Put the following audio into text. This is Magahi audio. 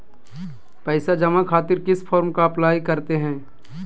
पैसा जमा खातिर किस फॉर्म का अप्लाई करते हैं?